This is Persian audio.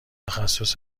تخصص